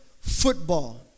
football